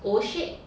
O shape